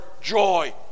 joy